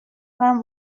کنم